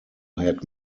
had